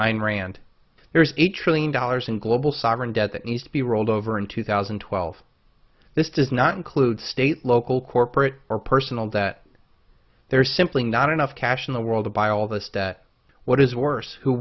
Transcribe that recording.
iran and there's a trillion dollars in global sovereign debt that needs to be rolled over in two thousand and twelve this does not include state local corporate or personal that there's simply not enough cash in the world to buy all this debt what is worse who